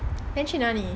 then 去哪里